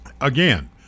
again